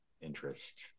interest